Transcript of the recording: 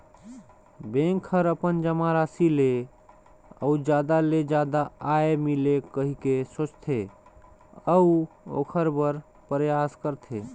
bank हर अपन जमा राशि ले अउ जादा ले जादा आय मिले कहिके सोचथे, अऊ ओखर बर परयास करथे